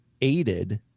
aided